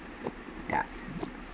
ya